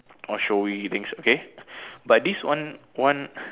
all showy things okay but this one one